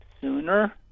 sooner